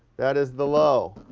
that is the low.